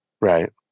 Right